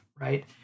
right